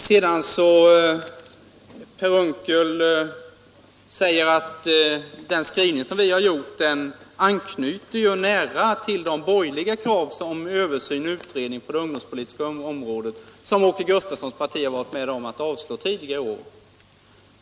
Per Unckel säger att vår skrivning nära anknyter till de borgerliga krav om överstyrning och utredning på det ungdomspolitiska området som mitt parti tidigare år varit med om att avslå.